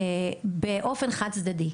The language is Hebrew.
באופן חד צדדי.